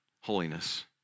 holiness